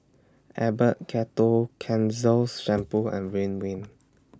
Abbott Ketoconazole Shampoo and Ridwind